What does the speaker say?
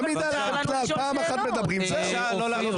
פעם אחת מדברים, זהו.